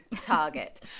target